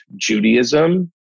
Judaism